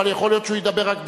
אבל יכול להיות שהוא ידבר רק דקה.